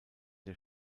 der